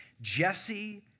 Jesse